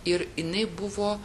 ir jinai buvo